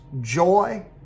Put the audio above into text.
joy